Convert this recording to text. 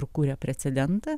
kuria precedentą